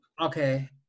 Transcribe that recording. Okay